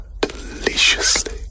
deliciously